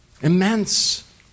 immense